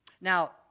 Now